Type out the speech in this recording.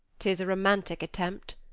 tis a romantic attempt,